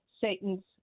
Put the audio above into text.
Satan's